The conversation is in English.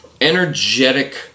energetic